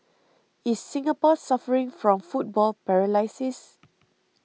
is Singapore suffering from football paralysis